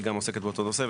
היא גם עוסקת באותו נושא,